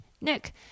Nick